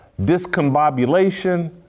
discombobulation